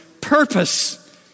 purpose